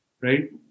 Right